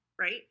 Right